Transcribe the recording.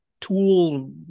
tool